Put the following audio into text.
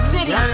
City